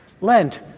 Lent